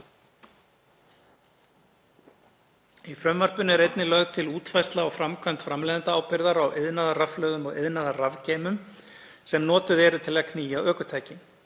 Í frumvarpinu er einnig lögð til útfærsla á framkvæmd framleiðendaábyrgðar á iðnaðarrafhlöðum og iðnaðarrafgeymum sem notuð eru til að knýja ökutæki.